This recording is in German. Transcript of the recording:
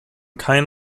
kein